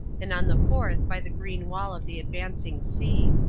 and on the fourth by the green wall of the advancing sea.